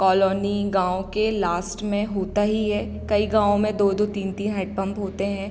colony गाँव के last में होता ही है कई गाँव में दो दो तीन तीन हैडपंप होते हैं